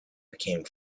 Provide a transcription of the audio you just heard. became